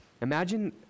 Imagine